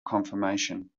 confirmation